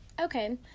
Okay